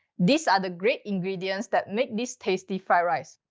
these are the great ingredients that make this tasty fried rice.